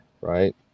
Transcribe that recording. right